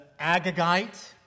Agagite